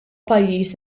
pajjiż